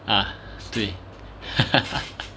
啊对